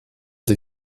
des